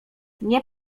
nie